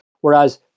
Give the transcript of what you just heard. Whereas